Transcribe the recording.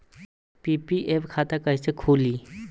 PPF खाता कैसे खुली?